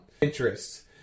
interests